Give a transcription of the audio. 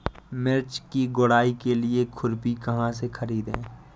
मिर्च की गुड़ाई के लिए खुरपी कहाँ से ख़रीदे?